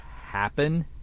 happen